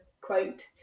quote